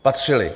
Patřili.